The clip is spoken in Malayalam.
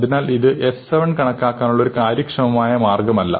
അതിനാൽ ഇത് f 7 കണക്കാക്കാനുള്ള ഒരു കാര്യക്ഷമമായ മാർഗമല്ല